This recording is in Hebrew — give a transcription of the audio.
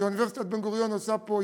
שאוניברסיטת בן-גוריון עושה פה,